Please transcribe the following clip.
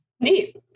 Neat